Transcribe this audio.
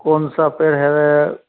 कौन सा पेड़ है